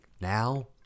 now